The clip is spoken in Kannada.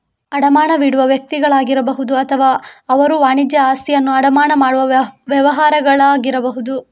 ಅಡಮಾನವಿಡುವ ವ್ಯಕ್ತಿಗಳಾಗಿರಬಹುದು ಅಥವಾ ಅವರು ವಾಣಿಜ್ಯ ಆಸ್ತಿಯನ್ನು ಅಡಮಾನ ಮಾಡುವ ವ್ಯವಹಾರಗಳಾಗಿರಬಹುದು